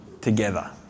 together